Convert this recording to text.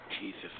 Jesus